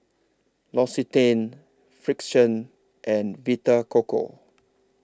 L'Occitane Frixion and Vita Coco